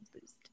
boost